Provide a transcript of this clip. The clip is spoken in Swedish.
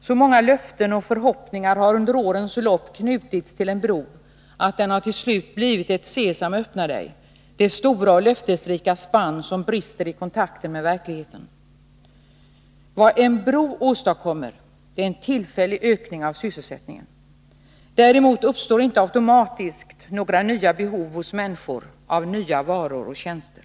Så många löften och förhoppningar har under årens lopp knutits till en bro att den till slut har blivit ett sesam — det stora och löftesrika spann som brister i kontakten med verkligheten. Vad en bro åstadkommer är en tillfällig ökning av sysselsättningen. Däremot uppstår inte automatiskt några nya behov hos människorna av nya varor och tjänster.